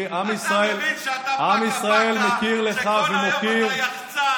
אני כל יום רואה אותך נוסע למקום אחר,